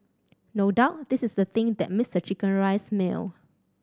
no doubt this is the thing that mass the chicken rice meal